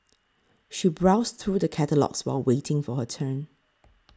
she browsed through the catalogues while waiting for her turn